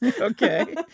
Okay